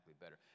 better